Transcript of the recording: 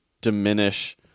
diminish